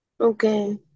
Okay